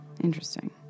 Interesting